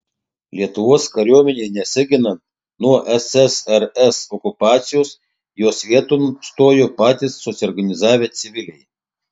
lietuvos kariuomenei nesiginant nuo ssrs okupacijos jos vieton stojo patys susiorganizavę civiliai